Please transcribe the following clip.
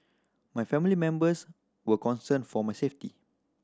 my family members were concerned for my safety